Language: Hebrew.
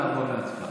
אנחנו נעבור להצבעה.